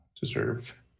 deserve